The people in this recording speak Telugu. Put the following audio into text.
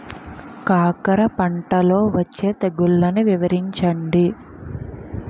కాకర పంటలో వచ్చే తెగుళ్లను వివరించండి?